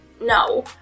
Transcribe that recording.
no